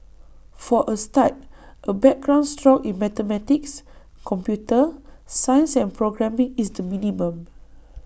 for A start A background strong in mathematics computer science and programming is the minimum